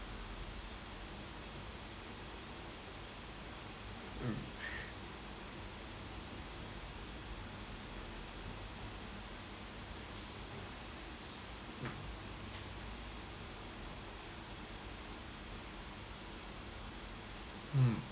mm mm